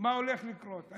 מה הולך לקרות.